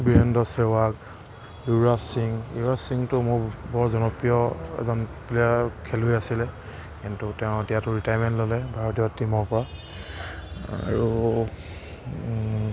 বীৰেন্দ্ৰ সেহৱাগ যুৱৰাজ সিং যুৱৰাজ সিংতো মোৰ বৰ জনপ্ৰিয় এজন প্লেয়াৰ খেলুৱৈ আছিলে কিন্তু তেওঁ এতিয়াতো ৰিটায়াৰমেণ্ট ল'লে ভাৰতীয় টীমৰ পৰা আৰু